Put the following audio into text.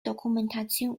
dokumentation